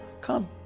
Come